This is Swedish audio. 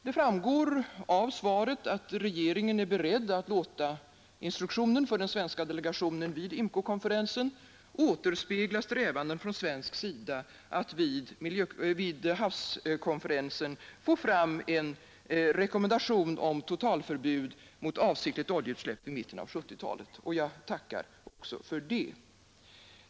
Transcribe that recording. Det framgår av detta svar att regeringen är beredd att låta instruktionen för den svenska delegationen vid IMCO-konferensen återspegla strävandena från svensk sida att vid havskonferensen få fram en rekommendation om totalförbud mot avsiktligt oljeutsläpp vid mitten av 1970-talet, och jag tackar också för det.